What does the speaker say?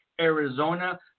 Arizona